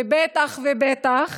ובטח ובטח